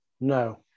no